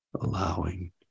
allowing